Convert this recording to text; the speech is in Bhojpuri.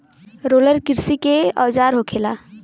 रोलर किरसी के औजार होखेला